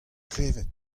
klevet